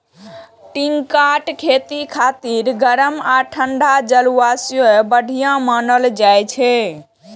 टिंडाक खेती खातिर गरम आ ठंढा जलवायु बढ़िया मानल जाइ छै